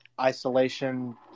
isolation